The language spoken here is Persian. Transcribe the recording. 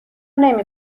نمی